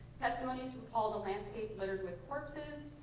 testimonies who recall the landscape littered with corpses,